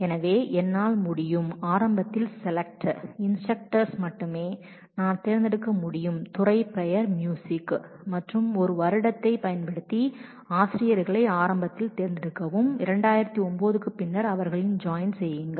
எனவே என்னால் ஆரம்பத்தில் செலெக்ட் செய்ய முடியும் இன்ஸ்டரக்டர்ஸ் மட்டுமே நான் தேர்ந்தெடுக்க முடியும் துறை பெயர் மியூசிக் மற்றும் ஒரு வருடத்தைப் year பயன்படுத்தி ஆசிரியர்களை ஆரம்பத்தில் தேர்ந்தெடுக்கவும் 2009 க்கு பின்னர் அவைகளை ஜாயின் செய்யுங்கள்